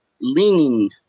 leaning